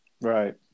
Right